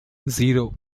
zero